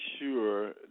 sure